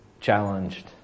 challenged